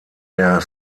der